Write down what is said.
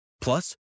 Plus